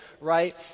right